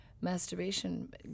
masturbation